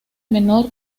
menor